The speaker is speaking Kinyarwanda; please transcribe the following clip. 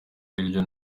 hirya